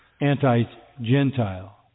anti-Gentile